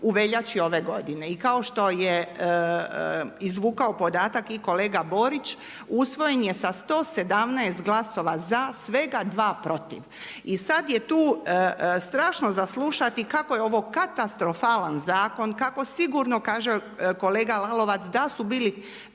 u veljači ove godine. I kao što je izvukao podatak i kolega Borić usvojen je sa 117 glasova za, svega 2 protiv. I sad je tu strašno za slušati kako je ovo katastrofalan zakon, kako sigurno kaže kolega Lalovac da su bili